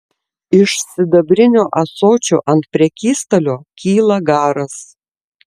iš sidabrinio ąsočio ant prekystalio kyla garas